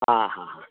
ಹಾಂ ಹಾಂ ಹಾಂ